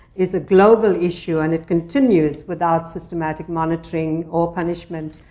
is a global issue. and it continues without systematic monitoring or punishment.